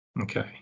Okay